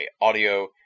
Audio